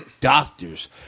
doctors